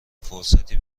فرصتی